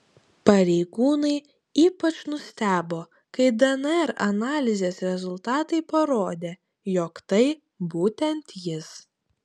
pareigūnai ypač nustebo kai dnr analizės rezultatai parodė jog tai būtent jis